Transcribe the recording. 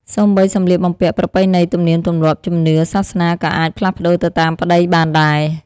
សូម្បីសម្លៀកបំពាក់ ប្រពៃណី ទំនៀមទម្លាប់ ជំនឿ សាសនាក៏អាចផ្លាល់ប្តូរទៅតាមប្តីបានដែរ។